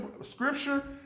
scripture